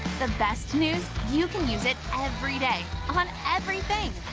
the best news you can use it every day. on everything.